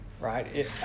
right